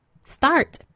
start